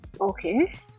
Okay